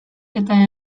eta